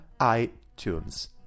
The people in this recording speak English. iTunes